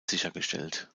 sichergestellt